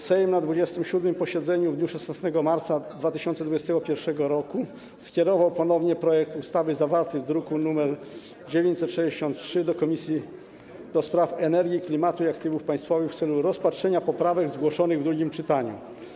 Sejm na 27. posiedzeniu w dniu 16 marca 2021 r. skierował ponownie projekt ustawy zawarty w druku nr 963 do Komisji do Spraw Energii, Klimatu i Aktywów Państwowych w celu rozpatrzenia poprawek zgłoszonych w drugim czytaniu.